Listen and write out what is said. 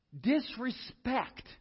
Disrespect